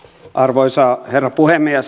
arvoisa herra puhemies